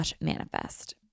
manifest